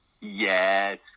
Yes